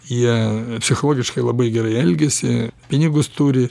jie psichologiškai labai gerai elgiasi pinigus turi